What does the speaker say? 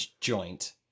joint